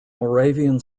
moravian